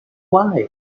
why